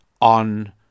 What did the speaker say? on